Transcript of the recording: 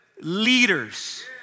leaders